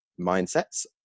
mindsets